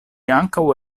ankaŭ